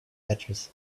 edges